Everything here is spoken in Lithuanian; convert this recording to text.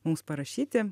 mums parašyti